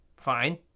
fine